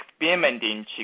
experimenting